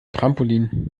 trampolin